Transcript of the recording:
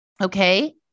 Okay